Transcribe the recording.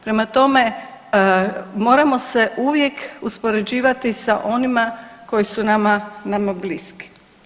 Prema tome moramo se uvijek uspoređivati sa onima koji su nama bliski.